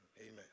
amen